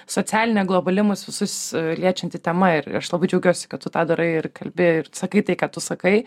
socialinė globali mus visus liečianti tema ir aš labai džiaugiuosi kad tu tą darai ir kalbi ir sakai tai ką tu sakai